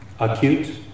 Acute